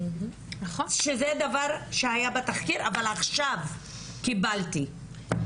זה דבר שהיה בתחקיר, אבל עכשיו קיבלתי הודעות